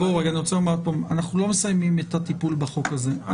אנחנו לא מסיימים את הטיפול בחוק הזה.